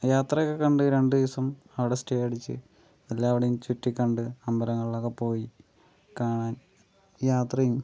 യാത്രയൊക്കെ കണ്ട് രണ്ട് ദിവസം അവിടെ സ്റ്റേ അടിച്ച് എല്ലാവിടെയും ചുറ്റി കണ്ട് അമ്പലങ്ങളിലൊക്കെ പോയി കാണാൻ രാത്രിയും